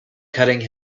cutting